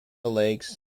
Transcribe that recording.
lakes